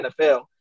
NFL